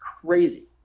crazy